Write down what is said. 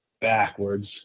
backwards